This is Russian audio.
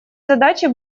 задачи